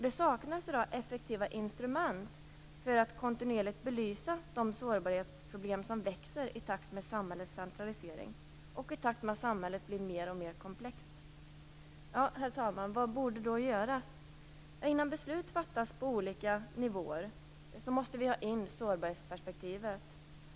Det saknas i dag effektiva instrument för att kontinuerligt belysa de sårbarhetsproblem som växer i takt med samhällets centralisering och i takt med att samhället blir mer och mer komplext. Herr talman! Vad borde då göras? Innan beslut fattas på olika nivåer måste vi ta in sårbarhetsperspektivet.